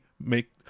make